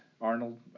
Arnold